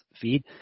feed